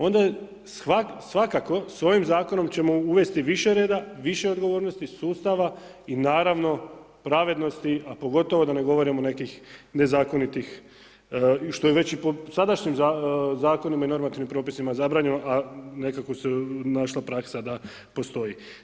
Onda svakako s ovim zakonom ćemo uvesti više reda, više odgovornosti, sustava i naravno pravednosti a pogotovo da ne govorimo nekih nezakonitih, što je već i po sadašnjim zakonima i normativnim propisima zabranjeno a nekako se našla praksa da postoji.